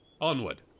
onward